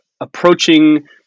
approaching